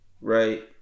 Right